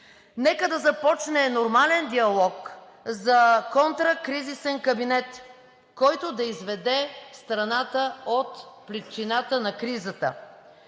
Нека да започне нормален диалог за контракризисен кабинет, който да изведе страната от плитчината на кризата,